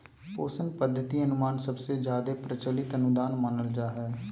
पोषण पद्धति अनुमान सबसे जादे प्रचलित अनुदान मानल जा हय